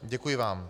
Děkuji vám.